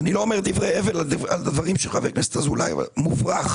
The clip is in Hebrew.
אני לא אומר דברי הבל על הדברים של חבר הכנסת אזולאי אבל הם מופרכים.